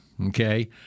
Okay